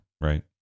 Right